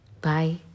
Bye